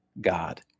God